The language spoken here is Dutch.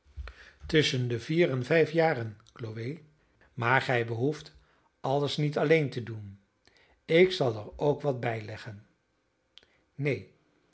tusschen de vier en vijf jaren chloe maar gij behoeft alles niet alleen te doen ik zal er ook wat bijleggen neen